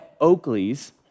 Oakleys